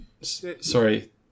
Sorry